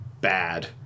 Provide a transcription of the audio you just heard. bad